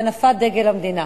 והנפת דגל המדינה?